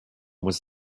was